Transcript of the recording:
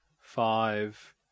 five